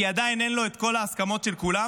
כי עדיין אין לו את כל ההסכמות של כולם,